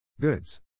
Goods